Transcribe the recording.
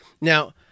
Now